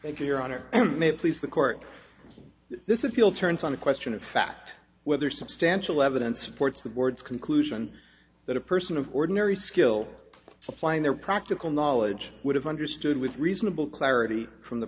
thank you your honor may please the court this is a field turns on the question of fact whether substantial evidence supports the board's conclusion that a person of ordinary skill for playing their practical knowledge would have understood with reasonable clarity from the